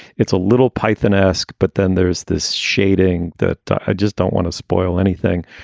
it's a little pythonesque. but then there's this shading that i just don't want to spoil anything.